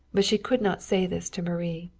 but she could not say this to marie.